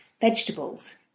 vegetables